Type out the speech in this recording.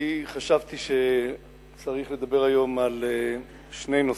אני חשבתי שצריך לדבר היום על שני נושאים.